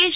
H